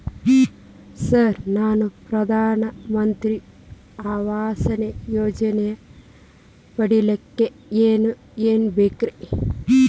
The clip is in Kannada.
ಸರ್ ನಾನು ಪ್ರಧಾನ ಮಂತ್ರಿ ಆವಾಸ್ ಯೋಜನೆ ಪಡಿಯಲ್ಲಿಕ್ಕ್ ಏನ್ ಏನ್ ಬೇಕ್ರಿ?